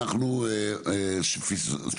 מובן מאליו, אבל לא מדובר פה על פטור.